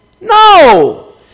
No